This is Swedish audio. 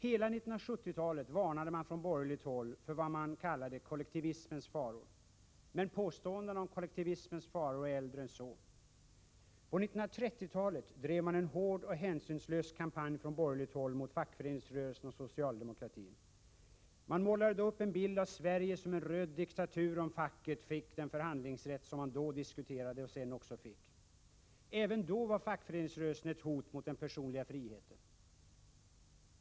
Hela 1970-talet varnade man från borgerligt håll för vad man kallade kollektivismens faror. Men påståenden om kollektivismens faror är äldre än så. På 1930-talet drev man en hård och hänsynslös kampanj från borgerligt håll mot den fackliga rörelsen och socialdemokratin. Man målade upp en bild av Sverige som en röd diktatur om facket fick den förhandlingsrätt som då diskuterades och som facket sedan också fick. Även då var fackföreningsrörelsen ett hot mot den personliga friheten.